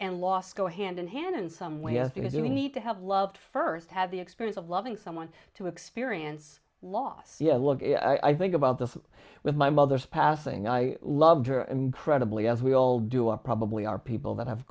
and loss go hand in hand in some way yes you do need to have loved first have the experience of loving someone to experience loss yeah look i think about this with my mother's passing i loved her and credibly as we all do are probably are people that have